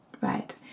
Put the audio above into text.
right